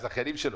הזכיינים שלו.